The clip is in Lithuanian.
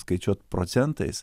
skaičiuot procentais